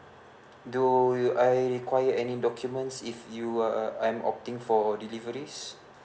do you I require any documents if you uh I'm opting for deliveries